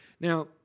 Now